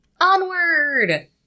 Onward